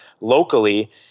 locally